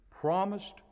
promised